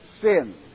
sin